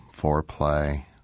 foreplay